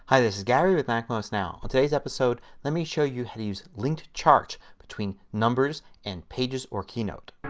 hi this is gary with macmost now. on today's episode let me show you how to use linked charts between numbers and pages and keynote.